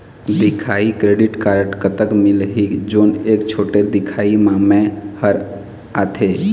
दिखाही credit card कतक मिलही जोन एक छोटे दिखाही म मैं हर आथे?